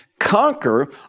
conquer